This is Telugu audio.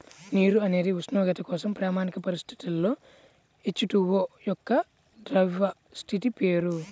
నీరు అనేది ఉష్ణోగ్రత కోసం ప్రామాణిక పరిస్థితులలో హెచ్.టు.ఓ యొక్క ద్రవ స్థితి పేరు